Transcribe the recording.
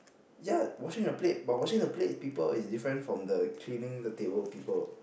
ya washing a plate but washing a plate people is different from the cleaning the table people